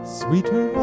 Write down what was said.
sweeter